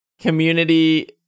community